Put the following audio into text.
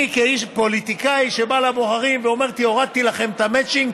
אני כפוליטיקאי שבא לבוחרים ואומר: הורדתי לכם את המצ'ינג,